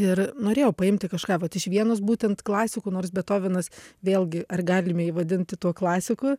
ir norėjau paimti kažką vat iš vienos būtent klasikų nors betovenas vėlgi ar galime jį vadinti tuo klasiku